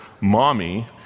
mommy